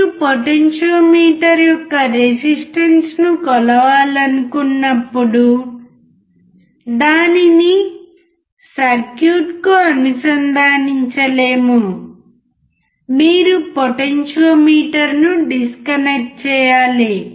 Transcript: మీరు పొటెన్షియోమీటర్ యొక్క రెసిస్టెన్స్ ను కొలవాలనుకున్నప్పుడు దానిని సర్క్యూట్కు అనుసంధానించలేము మీరు పొటెన్షియోమీటర్ను డిస్కనెక్ట్ చేయాలి